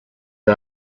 the